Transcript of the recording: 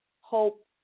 hope